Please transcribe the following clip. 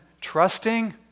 trusting